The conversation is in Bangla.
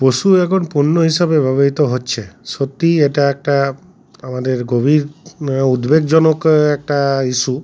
পশু এখন পণ্য হিসাবে ব্যবহৃত হচ্ছে সত্যিই এটা একটা আমাদের গভীর উদ্বেগজনক একটা ইস্যু